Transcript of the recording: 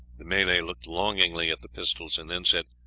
the malay looked longingly at the pistols, and then said,